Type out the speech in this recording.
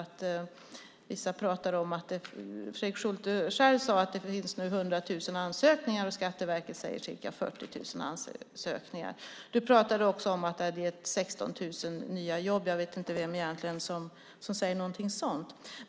Fredrik Schulte sade att det nu finns 100 000 ansökningar, och Skatteverket säger att det är ca 40 000 ansökningar. Du pratade också om att det har gett 16 000 nya jobb. Jag vet inte vem som säger någonting sådant.